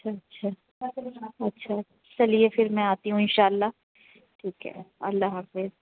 اچھا اچھا اچھا چلیے پھر میں آتی ہوں انشاء اللہ ٹھیک ہے اللہ حافظ